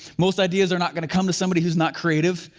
most ideas are not gonna come to somebody who is not creative,